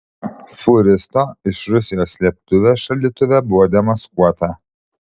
fūristo iš rusijos slėptuvė šaldytuve buvo demaskuota